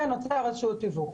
ונוצר איזשהו תיווך.